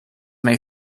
may